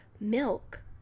milk